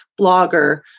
blogger